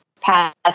past